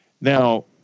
Now